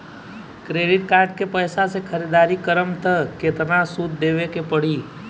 Credit card के पैसा से ख़रीदारी करम त केतना सूद देवे के पड़ी?